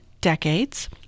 decades